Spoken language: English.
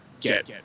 get